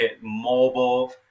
mobile